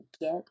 get